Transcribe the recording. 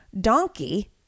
donkey